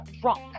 Trump